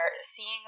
seeing